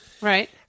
right